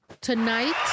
tonight